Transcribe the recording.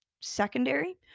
secondary